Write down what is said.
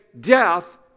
death